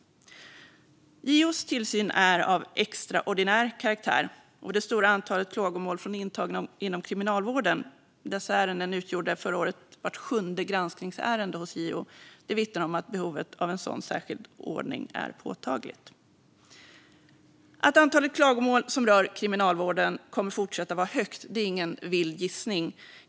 JO:s tillsyn är av extraordinär karaktär, och det stora antalet klagomål från intagna inom kriminalvården - dessa ärenden utgjorde förra året vart sjunde granskningsärende hos JO - vittnar om att behovet av en sådan särskild ordning är påtagligt. Att antalet klagomål som rör kriminalvården kommer att fortsätta vara högt är ingen vild gissning.